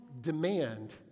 demand